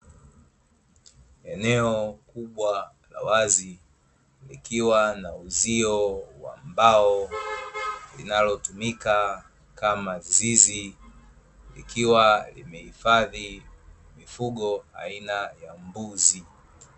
Eneo kubwa la wazi likiwa na uzio wa mbao linalotumika kama zizi likiwa limehifadhi mifugo aina ya mbuzi.